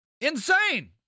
insane